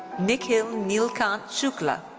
nikhil neelkant shukla.